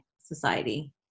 society